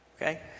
Okay